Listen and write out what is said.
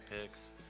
picks